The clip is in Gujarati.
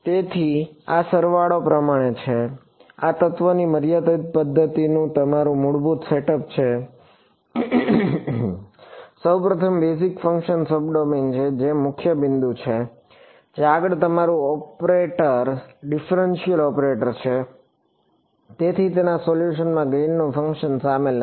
તેથી આ સરવાળો પ્રમાણે છે આ તત્વની મર્યાદિત પદ્ધતિનું તમારું મૂળભૂત સેટઅપ છે તે છે સૌપ્રથમ બેઝિક ફંક્શન્સ સબ ડોમેઈન છે જે એક મુખ્ય બિંદુ છે જે આગળ તમારું ઓપરેટર ડિફરન્સિયલ ઓપરેટર છે તેથી તેના સોલ્યુશનમાં ગ્રીનનું કોઈ ફંક્શન સામેલ નથી